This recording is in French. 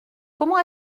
comment